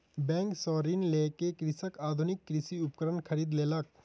bank सॅ ऋण लय के कृषक आधुनिक कृषि उपकरण खरीद लेलक